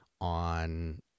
on